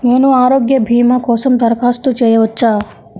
నేను ఆరోగ్య భీమా కోసం దరఖాస్తు చేయవచ్చా?